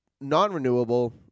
non-renewable